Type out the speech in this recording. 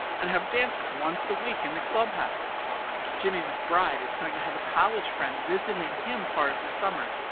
and have dances once a week in the club house jimmie mcbride is going to have a college friend visiting him part of the summer,